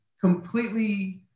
completely